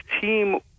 team